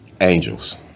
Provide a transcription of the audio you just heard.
Angels